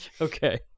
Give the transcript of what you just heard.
Okay